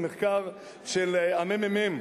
המחקר של מרכז המחקר והמידע.